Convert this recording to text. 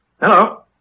Hello